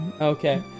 Okay